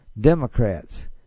Democrats